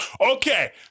Okay